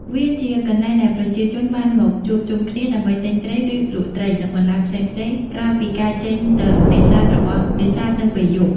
វាជាកន្លែងដែលប្រជាជនបានមកជួបជុំគ្នា ដើម្បីទិញត្រី ឬលក់ត្រី និងបន្លែផ្សេងៗ ក្រោយពីការចេញទៅនេសាទរបស់នេសាទនៅពេលយប់។